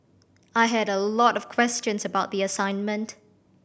I had a lot of questions about the assignment